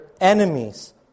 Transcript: enemies